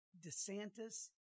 DeSantis